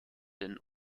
den